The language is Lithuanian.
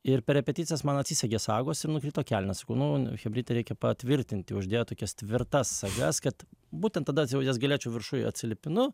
ir per repeticijas man atsisegė saugos ir nukrito kelnės nu chebryte reikia patvirtinti uždėjo tokias tvirtas sagas kad būtent tada jau jas galėčiau viršuj atsilipinu